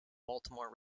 baltimore